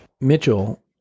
Mitchell